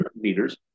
meters